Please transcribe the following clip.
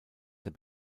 der